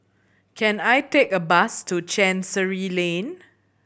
can I take a bus to Chancery Lane